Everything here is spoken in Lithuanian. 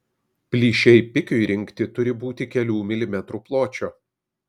plyšiai pikiui rinkti turi būti kelių milimetrų pločio